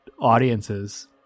audiences